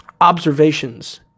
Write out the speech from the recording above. observations